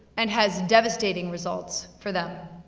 and has devastating results for them.